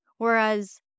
Whereas